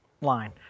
line